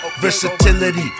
versatility